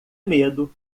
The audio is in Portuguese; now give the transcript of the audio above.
medo